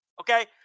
Okay